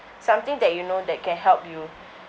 something that you know that can help you